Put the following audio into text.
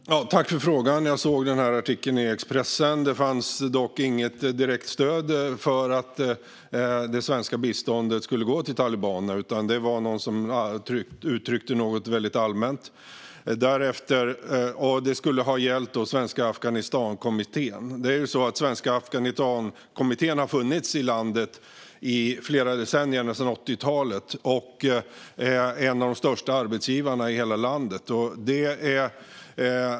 Fru talman! Tack för frågan! Jag såg artikeln i Expressen. Det fanns dock inget direkt stöd för att det svenska biståndet skulle gå till talibaner, utan det var någon som uttryckte något väldigt allmänt. Det skulle ha gällt Svenska Afghanistankommittén. Det är ju så att Svenska Afghanistankommittén har funnits i landet i flera decennier, sedan 80-talet, och är en av de största arbetsgivarna i hela landet.